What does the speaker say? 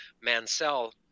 Mansell